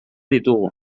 ditugu